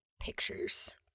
pictures